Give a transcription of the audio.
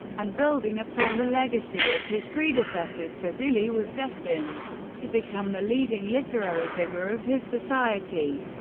and building upon the legacy of his predecessors, fizuli was destined to become the leading literary figure of his society.